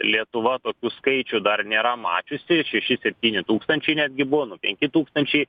lietuva tokių skaičių dar nėra mačiusi šeši septyni tūkstančiai netgi buvo nu penki tūkstančiai